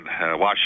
Washington